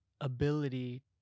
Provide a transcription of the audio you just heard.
ability